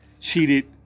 cheated